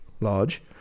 large